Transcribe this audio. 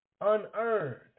unearned